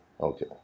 Okay